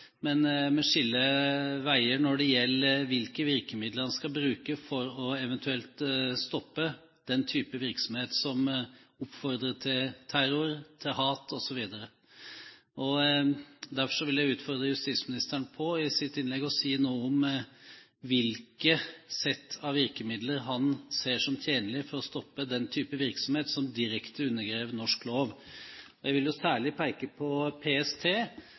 men vi skiller veier når det gjelder hvilke virkemidler man skal bruke for eventuelt å stoppe den type virksomhet som oppfordrer til terror, hat, osv. Derfor vil jeg utfordre justisministeren på i sitt innlegg å si noe om hvilke sett av virkemidler han ser som tjenlig for å stoppe den type virksomhet, som direkte undergraver norsk lov. Jeg vil særlig peke på PST,